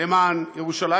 למען ירושלים.